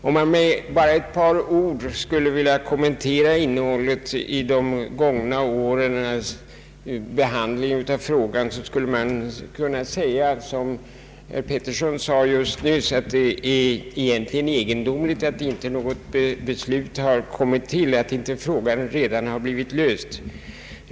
Om man bara med ett par ord skulle vilja kommentera resultatet av de gångna årens behandling av frågan, skulle man kunna säga — som herr Axel Georg Pettersson nyss framhöll — att det egentligen är egendomligt att något beslut inte fattats; att frågan inte redan blivit löst.